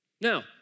Now